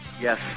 Yes